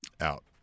Out